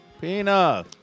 Pina